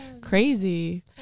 crazy